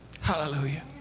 Hallelujah